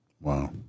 Wow